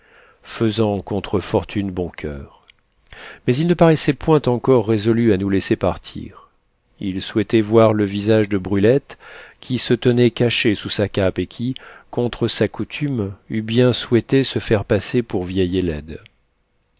faisant contre fortune bon coeur mais ils ne paraissaient point encore résolus à nous laisser partir ils souhaitaient voir le visage de brulette qui se tenait cachée sous sa cape et qui contre sa coutume eût bien souhaité se faire passer pour vieille et